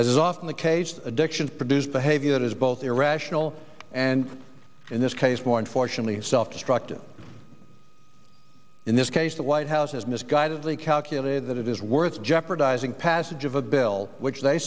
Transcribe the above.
as is often the case addictions produce behavior that is both irrational and in this case more unfortunately self destructive in this case the white house has misguidedly calculated that it is worth jeopardizing passage of a bill which they